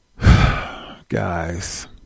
guys